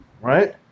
right